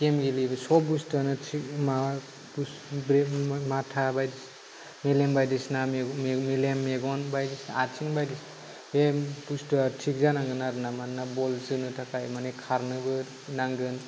game गेलेयो सब बुसथुावनो थिग जानांगोन आरो ना ब्रेन माथा बायदि मेलेम बायदिसिना मेगन आथिं बायदिया थिग जानांगोन आरोना मानोना बल जोनो थाखाय मानि खारनोबो नांगोन